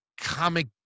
comic